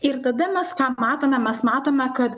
ir tada mes ką matome mes matome kad